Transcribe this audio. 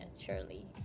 surely